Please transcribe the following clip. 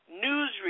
news